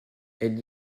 elle